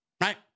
Right